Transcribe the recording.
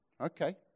Okay